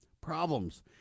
problems